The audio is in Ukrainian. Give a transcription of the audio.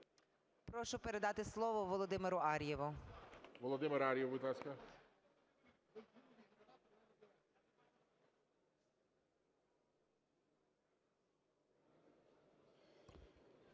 Прошу передати слово Володимиру Ар'єву. ГОЛОВУЮЧИЙ. Володимир Ар'єв, будь ласка.